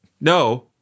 No